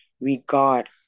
regard